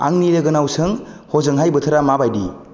आंनि लोगोनावसो हजोंहाय बोथोरा माबायदि